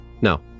No